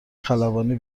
خلبانی